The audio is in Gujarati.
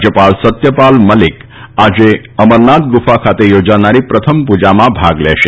રાજ્યપાલ સત્યપાલ મલિક આજે અમરનાથ ગુફા ખાતે યોજાનારી પ્રથમ પૂજામાં ભાગ લેશે